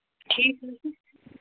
ٹھیٖک حظ چھُ